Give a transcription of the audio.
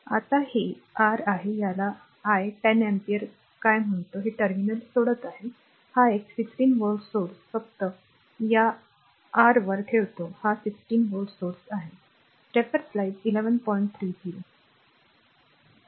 आता हे r आहे याला I 10 ampere काय म्हणतो हे टर्मिनल सोडत आहे हा एक 16 volt स्त्रोत फक्त या आर वर ठेवतो हा 16 volt source आहे